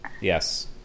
Yes